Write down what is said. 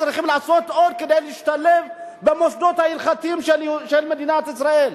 מה עוד צריכים לעשות כדי להשתלב במוסדות ההלכתיים של מדינת ישראל?